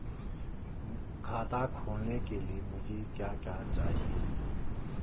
खाता खोलने के लिए मुझे क्या क्या चाहिए?